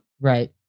Right